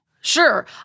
Sure